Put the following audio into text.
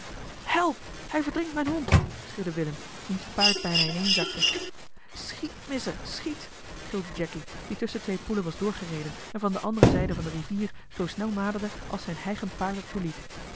help hij verdrinkt mijn hond schreeuwde willem wiens paard bijna ineen zakte schiet missa schiet gilde jacky die tusschen twee poelen was doorgereden en van de andere zijde van de rivier zoo snel naderde als zijn hijgend paard het toeliet